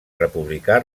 republicà